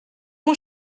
mon